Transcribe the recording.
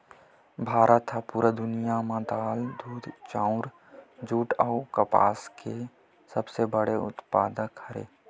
भारत हा पूरा दुनिया में दाल, दूध, चाउर, जुट अउ कपास के सबसे बड़े उत्पादक हरे